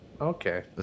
Okay